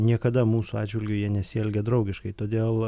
niekada mūsų atžvilgiu jie nesielgė draugiškai todėl